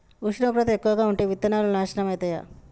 ఉష్ణోగ్రత ఎక్కువగా ఉంటే విత్తనాలు నాశనం ఐతయా?